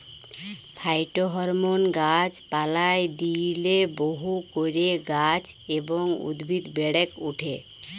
phytohormone গাছ পালায় দিইলে বহু করে গাছ এবং উদ্ভিদ বেড়েক ওঠে